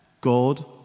God